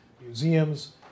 museums